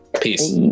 Peace